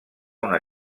una